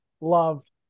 loved